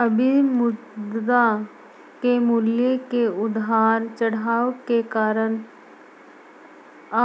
अभी मुद्रा के मूल्य के उतार चढ़ाव के कारण